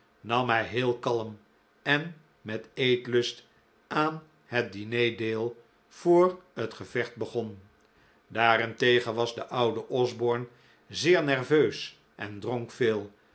nam hij heel kalm en met eetlust aan het diner deel voor het gevecht begon daarentegen was de oude osborne zeer nerveus en dronk veel